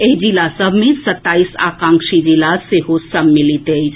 एहि जिला सभ मे सत्ताईस आकांक्षी जिला सेहो सम्मिलित अछि